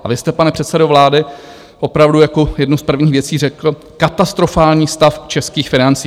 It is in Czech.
A vy jste, pane předsedo vlády opravdu jako jednu z prvních věcí řekl katastrofální stav českých financí.